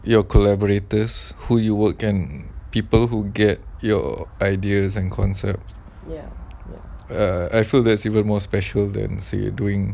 your collaborators who you work kan people who get your ideas and concepts err I feel that's even more special than say doing